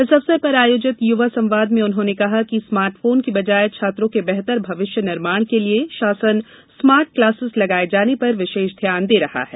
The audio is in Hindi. इस अवसर पर आयोजित युवा संवाद में उन्होंने कहा कि स्मार्ट फोन के बजाये छात्रों के बेहतर भविष्य निर्माण के लिये शासन स्मार्ट क्लासेस लगाये जाने पर विशेष ध्यान दे रहा है